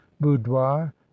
boudoir